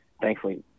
thankfully